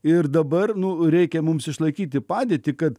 ir dabar nu reikia mums išlaikyti padėtį kad